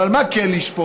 אבל על מה כן לשפוט?